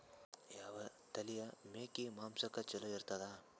ಯಾವ ತಳಿಯ ಮೇಕಿ ಮಾಂಸಕ್ಕ ಚಲೋ ಇರ್ತದ?